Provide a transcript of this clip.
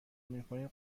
میکنید